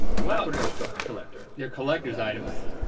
well. matryoshka collector. they're collector's items,